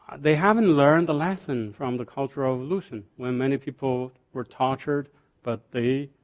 they haven't learned the lesson from the cultural revolution when many people were tortured but they.